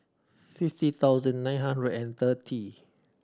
fifty thousand nine hundred and thirty